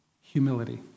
humility